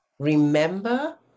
Remember